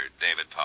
David